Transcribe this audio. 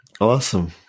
Awesome